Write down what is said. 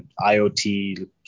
IOT